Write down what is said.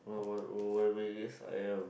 what what whatever it is I am